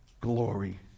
glory